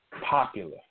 Popular